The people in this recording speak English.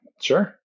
sure